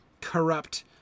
corrupt